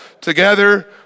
together